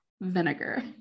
Vinegar